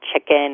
chicken